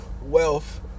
Wealth